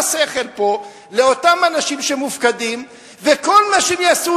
שכל פה לאותם אנשים שמופקדים וכל מה שהם יעשו,